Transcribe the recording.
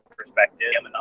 perspective